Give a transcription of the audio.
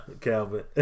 Calvin